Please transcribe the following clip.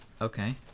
Okay